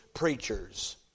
preachers